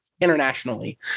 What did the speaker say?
internationally